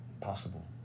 possible